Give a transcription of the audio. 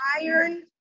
Iron